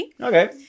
Okay